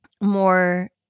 more